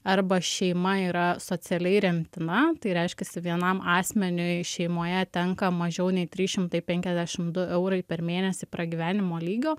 arba šeima yra socialiai remtina tai reiškiasi vienam asmeniui šeimoje tenka mažiau nei trys šimtai penkiasdešimt du eurai per mėnesį pragyvenimo lygio